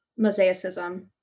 mosaicism